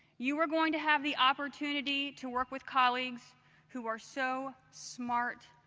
you are going to have the opportunity to work with colleagues who are so smart,